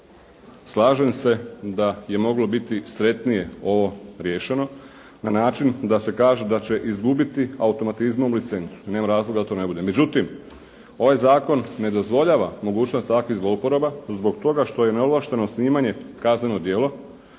Slažem se da je moglo biti sretnije ovo riješeno na način da se kaže da će izgubiti automatizmom licencu, nema razloga da to ne bude. Međutim, ovaj zakon ne dozvoljava mogućnost takvih zlouporaba zbog toga što je neovlašteno snimanje kazneno djelo